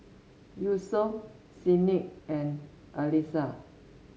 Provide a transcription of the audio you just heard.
Yusuf Senin and Alyssa